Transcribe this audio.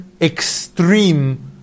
extreme